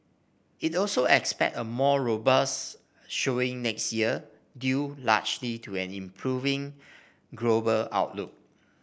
it also expects a more robust showing next year due largely to an improving global outlook